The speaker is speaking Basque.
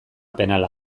penala